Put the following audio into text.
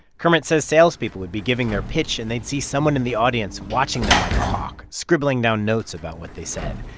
kermit says salespeople would be giving their pitch and they'd see someone in the audience watching them like a hawk, scribbling down notes about what they said.